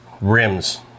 rims